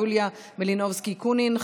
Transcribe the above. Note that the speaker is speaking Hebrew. יוליה מלינובסקי קונין,